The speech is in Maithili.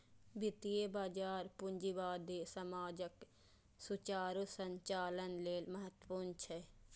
वित्तीय बाजार पूंजीवादी समाजक सुचारू संचालन लेल महत्वपूर्ण छै